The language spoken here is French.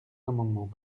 l’amendement